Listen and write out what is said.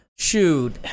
Shoot